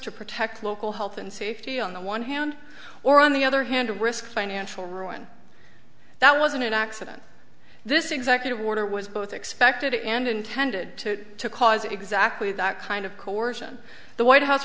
to protect local health and safety on the one hand or on the other hand to risk financial ruin that wasn't an accident this executive order was both expected and intended to cause exactly that kind of coercion the white house